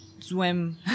swim